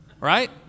right